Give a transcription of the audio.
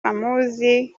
amuzi